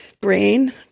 Brain